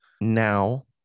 Now